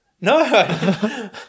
no